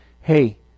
hey